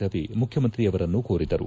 ರವಿ ಮುಖ್ಯಮಂತ್ರಿಯವರನ್ನು ಕೋರಿದರು